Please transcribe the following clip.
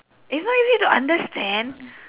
it's not easy to understand